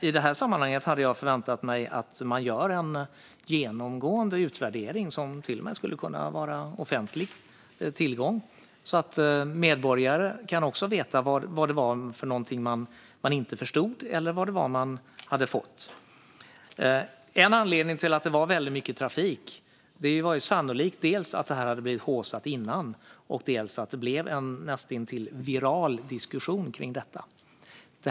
I det här sammanhanget hade jag förväntat mig att man skulle göra en genomgående utvärdering, som till och med skulle kunna vara offentlig, så att också medborgarna kunde få veta vad det var man inte förstod eller vad det var man hade fått. En anledning till att det var väldigt mycket trafik var sannolikt dels att detta hade blivit haussat innan, dels att det blev en näst intill viral diskussion kring det.